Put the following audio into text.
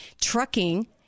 trucking